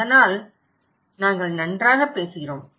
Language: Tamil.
அதனால் நாங்கள் நன்றாக பேசுகிறோம்